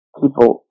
people